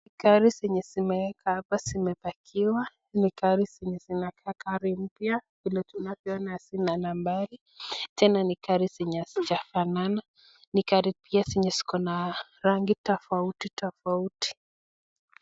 Gari zilizowekwa hapa zimepakwa. Ni gari zinazoka gari mpya vile tunavyoona. Hazina nambari. Tena ni gari hazijafanana. Ni gari pia zikona rangi tofauti tofauti.